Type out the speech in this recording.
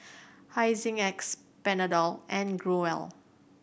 Hygin X Panadol and Growell